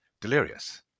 delirious